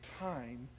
time